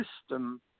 system